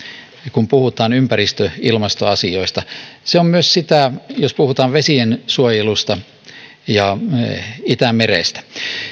kun puhutaan ympäristö ilmastoasioista se on myös sitä jos puhutaan vesiensuojelusta ja itämerestä